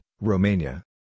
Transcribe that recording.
Romania